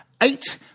eight